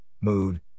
mood